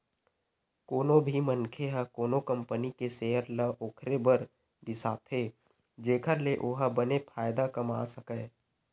कोनो भी मनखे ह कोनो कंपनी के सेयर ल ओखरे बर बिसाथे जेखर ले ओहा बने फायदा कमा सकय